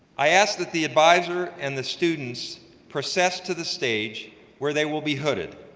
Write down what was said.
i ask that the advisor and the students process to the stage where they will be hooded.